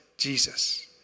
Jesus